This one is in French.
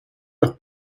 leur